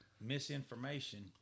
misinformation